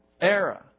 era